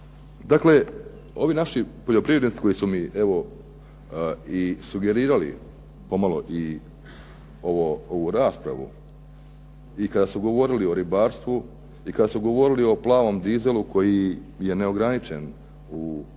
Dakle, ovi naši poljoprivrednici koji su mi evo i sugerirali pomalo i ovu raspravu i kada su govorili o ribarstvu i kada su govorili o plavom dizelu koji je neograničen u ovome dijelu,